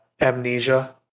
amnesia